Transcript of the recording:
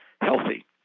healthy